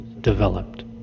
developed